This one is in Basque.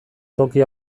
toki